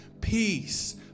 peace